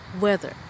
weather